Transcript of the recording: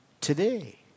today